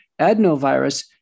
adenovirus